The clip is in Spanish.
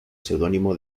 seudónimo